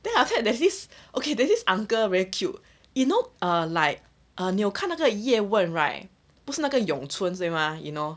then after that there's this okay there's this uncle very cute you know err like 你有看那个 ye wen right 不是那个咏春 you know